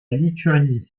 lituanie